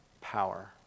power